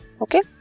okay